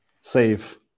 save